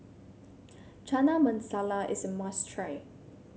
Chana Masala is a must try